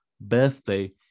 birthday